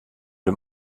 dem